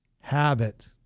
habit